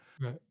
Right